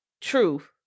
truth